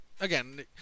again